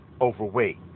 overweight